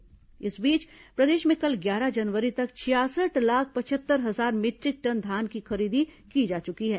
धान खरीदी प्रदेश में कल ग्यारह जनवरी तक छियासठ लाख पचहत्तर हजार मीटरिक टन धान की खरीदी की जा चुकी है